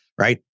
right